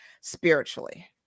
spiritually